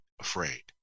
afraid